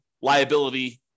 liability